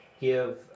give